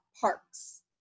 parks